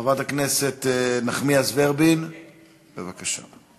חברת הכנסת נחמיאס ורבין, בבקשה.